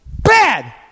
bad